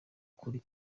ukuri